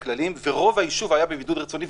ורוב היישוב היה בבידוד רצוני,